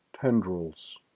tendrils